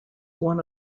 one